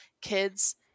kids